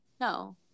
no